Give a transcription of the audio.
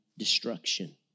destruction